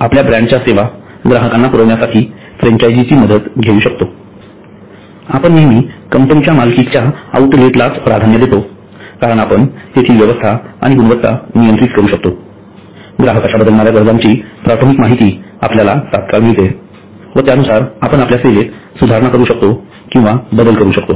आपल्या ब्रॅण्ड च्या सेवा ग्राहकांना पुरवण्यासाठी फ्रँचायझी ची मदत घेऊ शकतो आपण नेहमी कंपनीच्या मालकीच्या आउटलेटलाच प्राधान्य देतो कारण आपण तेथील व्यवस्था आणि गुणवत्ता नियंत्रित करू शकतो ग्राहकांच्या बदलणाऱ्या गरजांची प्राथमिक माहित आपल्याला तात्काळ मिळते व त्यानुसार आपण आपल्या सेवेत सुधारणा करू शकतो किंवा बदलू शकतो